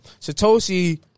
Satoshi